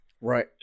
Right